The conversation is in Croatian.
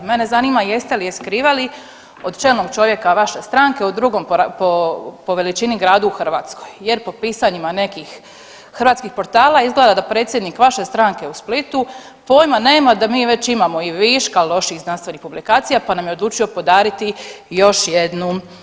Mene zanima jeste li je skrivali od čelnog čovjeka vaše stranke u drugom po veličini gradu u Hrvatskoj jer po pisanjima nekih hrvatskih portala izgleda da predsjednik vaše stranke u Splitu pojma nema da mi već imamo i viška loših znanstvenih publikacija, pa nam je odlučio podariti još jednu.